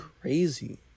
crazy